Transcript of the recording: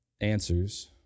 answers